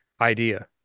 idea